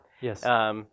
Yes